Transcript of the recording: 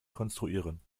konstruieren